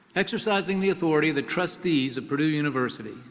exercising the authority of the trustees of purdue university,